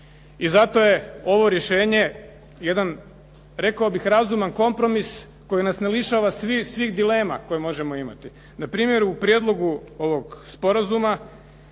I zato je ovo rješenje jedan rekao bih razuman kompromis koji nas ne lišava svih dilema koje možemo imati. Npr. u prijedlogu ovog sporazuma